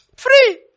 free